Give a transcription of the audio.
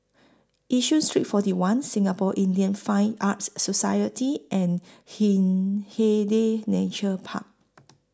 Yishun Street forty one Singapore Indian Fine Arts Society and Hindhede Nature Park